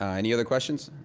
any other questions?